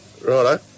Righto